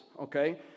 okay